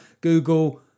Google